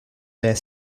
their